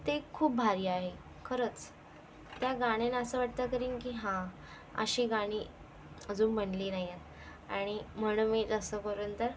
ते खूप भारी आहे खरंच त्या गाण्यांनं असं वाटत कारण की हां अशी गाणी अजून म्हणली नाही आहेत आणि म्हणून मी जास्त करून तर